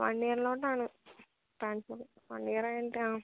one ഇയറിലോട്ട് ആണ് transfer one year കഴിഞ്ഞിട്ട് ആ